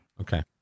Okay